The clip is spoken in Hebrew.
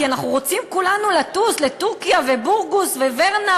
כי אנחנו רוצים כולנו לטוס לטורקיה ובורגס ווארנה,